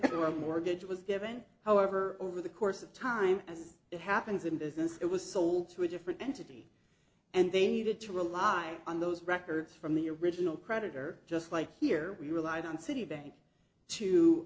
a mortgage was given however over the course of time as it happens in business it was sold to a different entity and they needed to rely on those records from the original creditor just like here we relied on citibank to